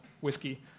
whiskey